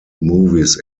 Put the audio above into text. movies